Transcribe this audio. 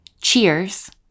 cheers